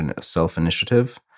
self-initiative